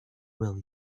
will